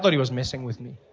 but he was messing with me.